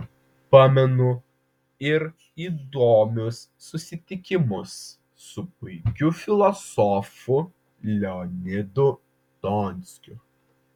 pamenu ir įdomius susitikimus su puikiu filosofu leonidu donskiu